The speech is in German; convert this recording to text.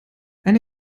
eine